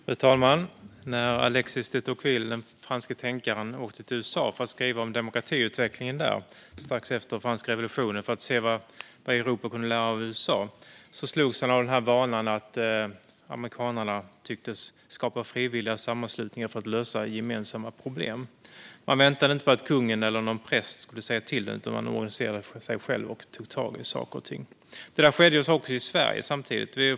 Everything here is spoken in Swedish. Fru talman! När den franske tänkaren Alexis de Tocqueville strax efter den franska revolutionen åkte till USA för att skriva om demokratiutvecklingen där och se vad Europa kunde lära av USA slogs han av vanan att amerikanerna tycktes skapa frivilliga sammanslutningar för att lösa gemensamma problem. Man väntade inte på att kungen eller någon präst skulle säga till utan man organiserade sig själv och tog tag i saker och ting. Det där skedde samtidigt också i Sverige.